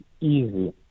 easy